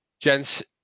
gents